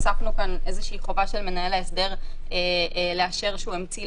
הוספנו כאן איזושהי חובה של מנהל ההסדר לאשר שהוא המציא